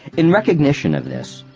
in recognition of this,